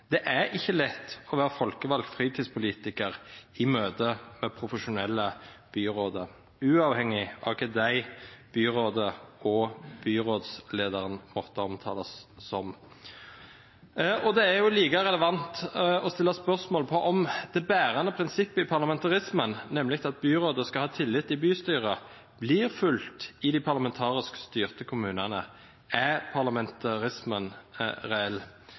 Det er ikke lett å være folkevalgt fritidspolitiker i møte med profesjonelle byråder, uavhengig av hva de, byrådet og byrådslederen måtte omtales som. Det er like relevant å stille spørsmål om det bærende prinsippet i parlamentarismen, nemlig at byrådet skal ha tillit i bystyret, blir fulgt i de parlamentarisk styrte kommunene. Er parlamentarismen reell?